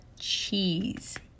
cheese